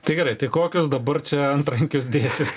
tai gerai tai kokius dabar čia antrankius dėsit